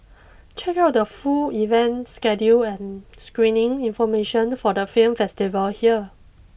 check out the full event schedule and screening information for the film festival here